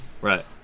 Right